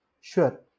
Sure